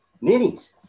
ninnies